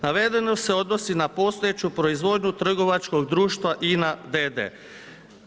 Navedeno se odnosi na postojeću proizvodnju trgovačkog društva INA d.d.